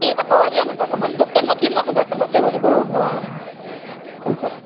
इएं त पोइ वरी आहे न मन दुख त न थींदो न घटि मथे वरी पोइ